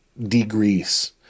degrease